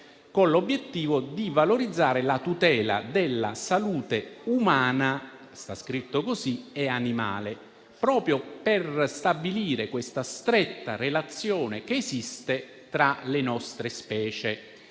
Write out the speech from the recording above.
con l'obiettivo di valorizzare la tutela della salute umana e animale - è scritto così - proprio per stabilire la stretta relazione che esiste tra le nostre specie.